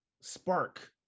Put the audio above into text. spark